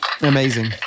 Amazing